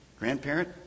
Grandparent